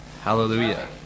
Hallelujah